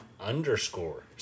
underscore